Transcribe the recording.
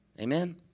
Amen